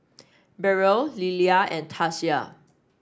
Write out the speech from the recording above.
Beryl Lilia and Tasia